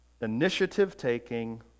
initiative-taking